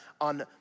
on